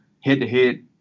head-to-head